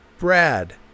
Brad